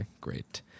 great